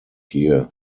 here